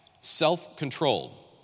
self-controlled